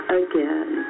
again